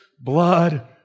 blood